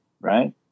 right